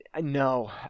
No